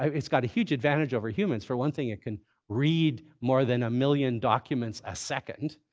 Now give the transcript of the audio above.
it's got a huge advantage over humans. for one thing, it can read more than a million documents a second.